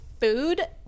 food